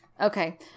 Okay